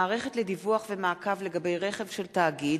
(מערכת לדיווח ומעקב לגבי רכב של תאגיד),